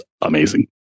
amazing